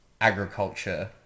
agriculture